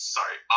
Sorry